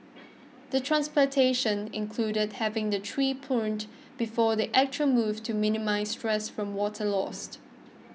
the transplantation included having the tree pruned before the actual move to minimise stress from water loss